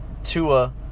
Tua